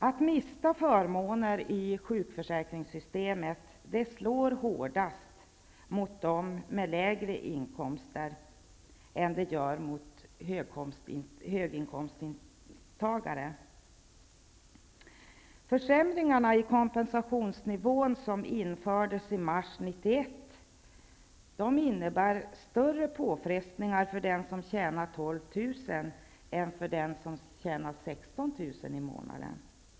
Att mista förmåner i sjukförsäkringssystemet slår hårdare mot dem med lägre inkomster än mot höginkomsttagare. De försämringar i kompensationsnivån som infördes i mars 1991 innebär större påfrestningar för den som tjänar 12 000 än för den som tjänar 16 000 i månaden.